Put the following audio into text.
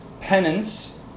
penance